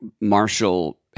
Marshall